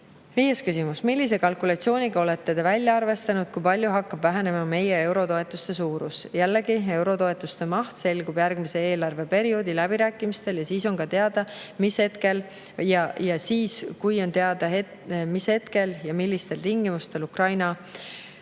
Viies küsimus: "Millise kalkulatsiooniga olete te välja arvestanud, kui palju hakkab vähenema meie eurotoetuste suurus?" Jällegi, eurotoetuste maht selgub järgmise eelarveperioodi läbirääkimistel ja siis, kui on teada, mis hetkel ja millistel tingimustel Ukraina